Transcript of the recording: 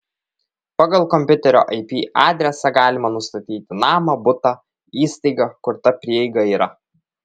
pagal kompiuterio ip adresą galima nustatyti namą butą įstaigą kur ta prieiga yra